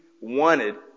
wanted